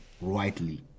rightly